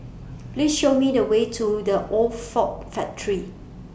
Please Show Me The Way to The Old Ford Factory